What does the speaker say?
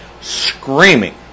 screaming